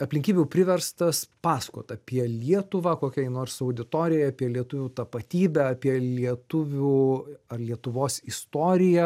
aplinkybių priverstas pasakot apie lietuvą kokiai nors auditorijai apie lietuvių tapatybę apie lietuvių ar lietuvos istoriją